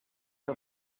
who